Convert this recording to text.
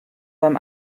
beim